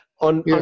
on